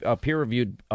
peer-reviewed